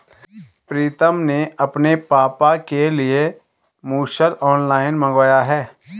प्रितम ने अपने पापा के लिए मुसल ऑनलाइन मंगवाया है